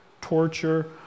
torture